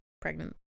pregnant